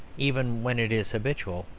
even when it is habitual,